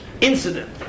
incident